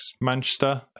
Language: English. manchester